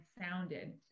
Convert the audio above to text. sounded